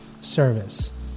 service